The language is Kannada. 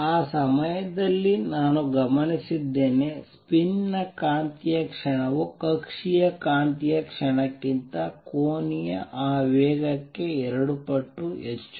ಆ ಸಮಯದಲ್ಲಿ ನಾನು ಗಮನಿಸಿದ್ದೇನೆ ಸ್ಪಿನ್ನ ಕಾಂತೀಯ ಕ್ಷಣವು ಕಕ್ಷೀಯ ಕಾಂತೀಯ ಕ್ಷಣಕ್ಕಿಂತ ಕೋನೀಯ ಆವೇಗಕ್ಕೆ ಎರಡು ಪಟ್ಟು ಹೆಚ್ಚು